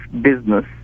business